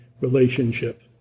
relationship